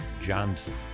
Johnson